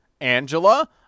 Angela